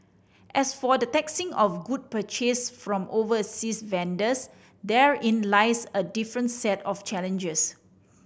as for the taxing of good purchased from overseas vendors therein lies a different set of challenges